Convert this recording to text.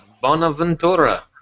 Bonaventura